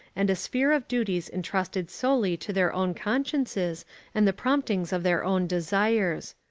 and a sphere of duties entrusted solely to their own consciences and the promptings of their own desires.